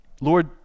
Lord